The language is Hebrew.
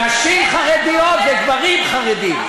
נשים חרדיות וגברים חרדים.